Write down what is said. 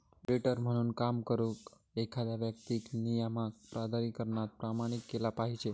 auditor म्हणून काम करुक, एखाद्या व्यक्तीक नियामक प्राधिकरणान प्रमाणित केला पाहिजे